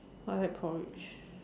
I like porridge